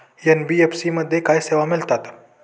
NBFC मध्ये काय सेवा मिळतात?